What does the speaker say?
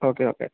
okay okay